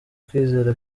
kwizera